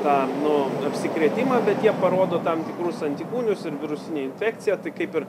tą nu apsikrėtimą bet jie parodo tam tikrus antikūnius ir virusinę infekciją tai kaip ir